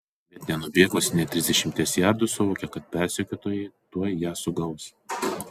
bet nenubėgusi nė trisdešimt jardų suvokė kad persekiotojai tuoj ją sugaus